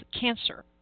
cancer